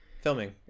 filming